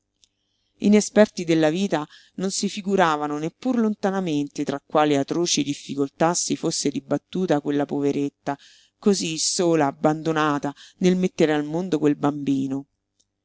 inesperti della vita non si figuravano neppur lontanamente tra quali atroci difficoltà si fosse dibattuta quella poveretta cosí sola abbandonata nel mettere al mondo quel bambino